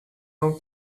não